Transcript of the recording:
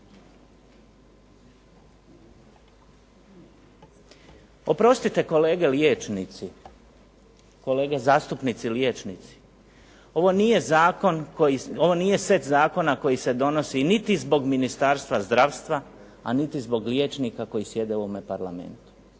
Oprostite kolege liječnici, kolege zastupnici liječnici, ovo nije set zakona koji se donosi niti zbog ministarstva zdravstva, a niti zbog liječnika koji sjede u ovome Parlamentu.